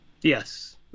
yes